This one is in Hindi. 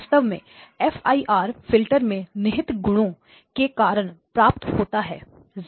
वास्तव में fir फिल्टर में निहित गुणों के कारण प्राप्त होता है